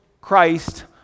Christ